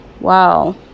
Wow